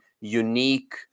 unique